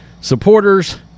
supporters